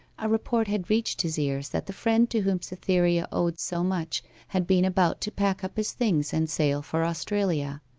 a report had reached his ears that the friend to whom cytherea owed so much had been about to pack up his things and sail for australia.